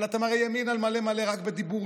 אבל אתם הרי ימין על מלא מלא רק בדיבורים,